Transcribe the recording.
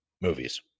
movies